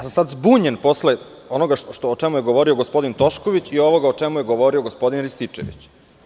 Sada sam zbunjen posle onoga o čemu je govorio gospodin Tošković i ovoga o čemu je govorio gospodin Rističević.